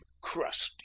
crusty